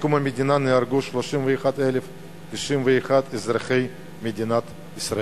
מקום המדינה נהרגו 31,091 אזרחי מדינת ישראל.